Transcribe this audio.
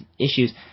issues